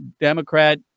Democrat